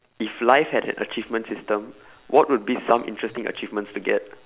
if life had a achievement system what would be some interesting achievements to get